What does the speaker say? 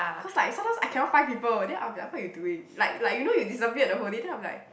cause like sometimes I cannot find people then I'll be like what you doing like like you know you disappeared the whole day then I'm like